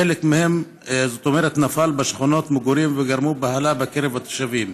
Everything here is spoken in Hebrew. חלק מהן נפלו בשכונות מגורים וגרמו בהלה בקרב התושבים.